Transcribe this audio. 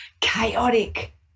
chaotic